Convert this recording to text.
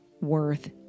worth